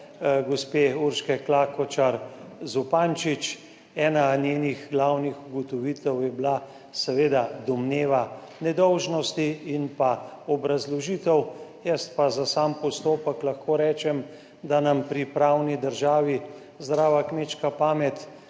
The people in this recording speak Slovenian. gospe Urške Klakočar Zupančič. Ena njenih glavnih ugotovitev je bila seveda domneva nedolžnosti in obrazložitev, jaz pa za sam postopek lahko rečem, da nam pri pravni državi zdrava kmečka pamet